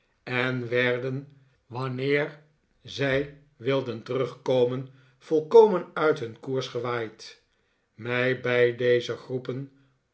en werden wanneer zij wilden terugkomen volkomen uit hun koers gewaaid mij bij deze groepen